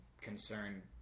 concern